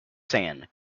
sand